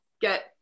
get